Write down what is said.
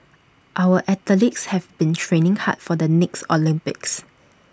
our athletes have been training hard for the next Olympics